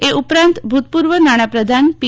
એ ઉપરાંત ભૂતપૂર્વ નાણાપ્રધાન પી